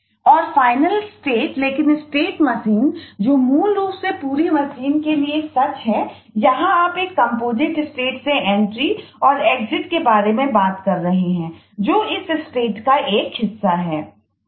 और final state का एक हिस्सा है